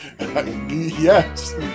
yes